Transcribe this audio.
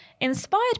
inspired